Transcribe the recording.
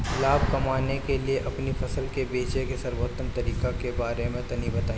लाभ कमाने के लिए अपनी फसल के बेचे के सर्वोत्तम तरीके के बारे में तनी बताई?